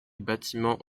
bâtiments